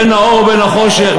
בין האור לבין החושך,